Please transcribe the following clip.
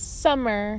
summer